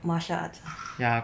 martial art